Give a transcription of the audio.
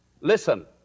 listen